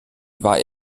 war